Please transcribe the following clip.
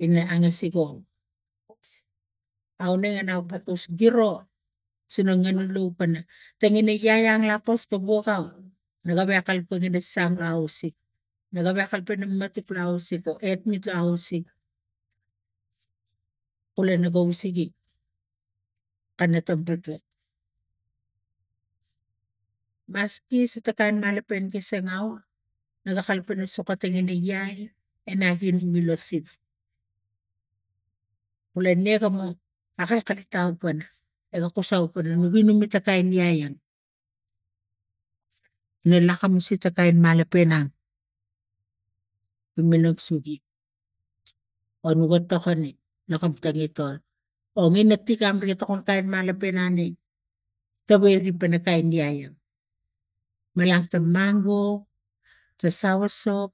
ina angasik o. Aunenge au pukus giro sina gnanulup pana tengin na yaya lakos ga pokan na gewek ga kalapang ina sang lo ausik o etmit la ausik kule soto kain malopen ki sangau naga kalapang ina soko tange na iai ena kini mulila siva. Kule ne gomo akalkalit aupen gona kus aupen nu gi numi ta kain yaya ina lakamus eta kain malape nang i mminang sugi o noga tokone lakam tengitol o ina tigun ri tokon kain malapenani kawai ri pana kain yaya malak ta mango ta siva sop